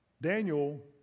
Daniel